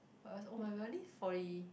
what else oh-my-god we're only forty